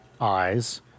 eyes